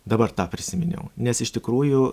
dabar tą prisiminiau nes iš tikrųjų